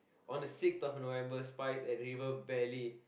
on the sixth of November spize at River Valley